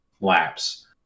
laps